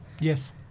yes